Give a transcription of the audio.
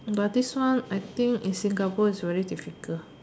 but this one I think in Singapore is very difficult